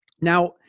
Now